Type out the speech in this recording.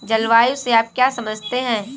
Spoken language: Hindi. जलवायु से आप क्या समझते हैं?